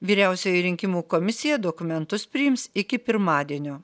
vyriausioji rinkimų komisija dokumentus priims iki pirmadienio